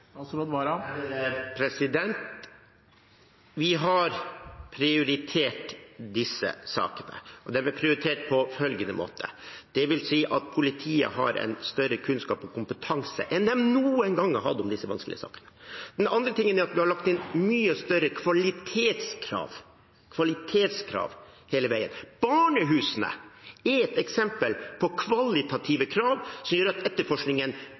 Vi har prioritert disse sakene, og de er prioritert på følgende måte: Politiet har større kunnskap om og kompetanse på disse vanskelige sakene enn de noen gang har hatt. Det andre er at vi har lagt inn mye større kvalitetskrav hele veien. Barnehusene er et eksempel på kvalitative krav som gjør at etterforskningen